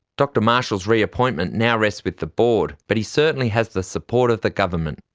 dr marshall's re-appointment now rests with the board, but he certainly has the support of the government.